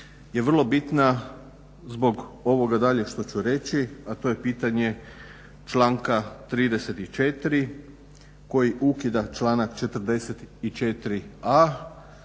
je vrlo bitna zbog ovoga dalje što ću reći a to je pitanje članka 34.koji ukida članak 44